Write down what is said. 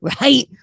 right